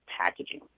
packaging